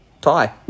tie